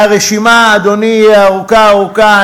והרשימה, אדוני, היא ארוכה ארוכה.